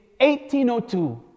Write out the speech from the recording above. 1802